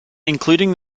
including